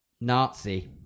Nazi